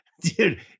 Dude